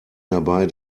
dabei